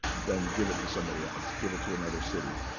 then give it to somebody else. give it to another city.